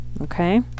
Okay